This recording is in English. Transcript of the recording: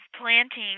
planting